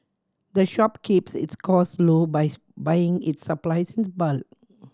the shop keeps its cost low buys buying its supplies in bulk